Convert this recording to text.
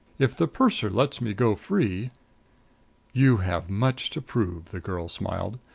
if the purser lets me go free you have much to prove, the girl smiled.